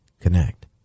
connect